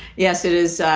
yes, it is.